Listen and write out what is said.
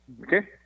okay